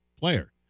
player